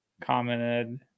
commented